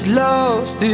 lost